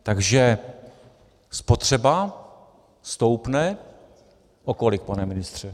Takže spotřeba stoupne o kolik, pane ministře?